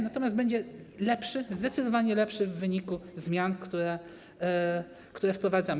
Natomiast będzie lepszy, zdecydowanie lepszy w wyniku zmian, które wprowadzamy.